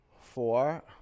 Four